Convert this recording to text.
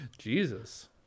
Jesus